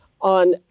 On